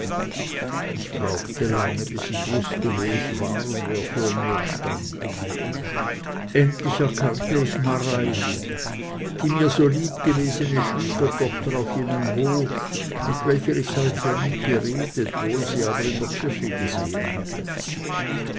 ich brauchte lange bis ich wußte wo ich war und wer vor mir stand endlich erkannte ich mareili die mir so lieb gewesene schwiegertochter auf jenem hofe mit welcher ich seither nie geredet wohl aber sie in der kirche gesehen hatte